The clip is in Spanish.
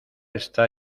está